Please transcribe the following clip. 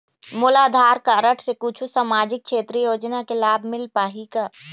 मोला आधार कारड से कुछू सामाजिक क्षेत्रीय योजना के लाभ मिल पाही का?